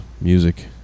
music